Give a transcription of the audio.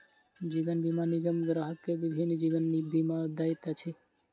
जीवन बीमा निगम ग्राहक के विभिन्न जीवन बीमा दैत अछि